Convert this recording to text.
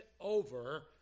over